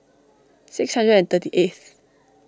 six hundred and thirty eighth